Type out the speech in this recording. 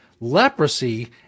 leprosy